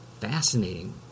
fascinating